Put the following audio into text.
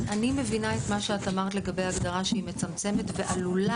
אני מבינה את מה שאת אמרת לגבי ההגדרה שהיא מצמצמת ועלולה,